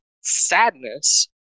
Sadness